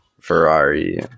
ferrari